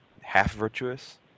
half-virtuous